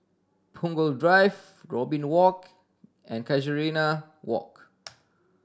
Punggol Drive Robin Walk and Casuarina Walk